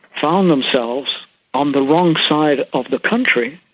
found themselves on the wrong side of the country.